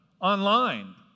online